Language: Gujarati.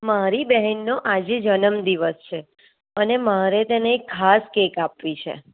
મારી બહેનનો આજે જનમ દિવસ છે અને મારે તેને ખાસ કેક આપવી છે